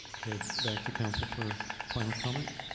okay back to council for final comment